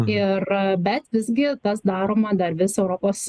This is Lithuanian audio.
ir bet visgi tas daroma dar vis europos